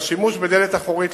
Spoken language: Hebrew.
השימוש בדלת אחורית,